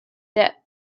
debt